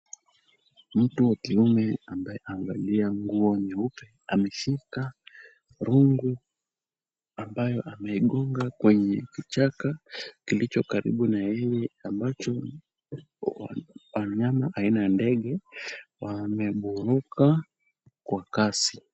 Mtu wa kiume ambaye amevalia nguo nyeupe ameshika rungu ambayo amegonga kwenye kichaka kilicho karibu na yeye ambacho wanyama aina ya ndege wameburuka kwa kasi.